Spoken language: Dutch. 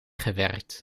gewerkt